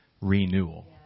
renewal